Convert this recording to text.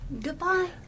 Goodbye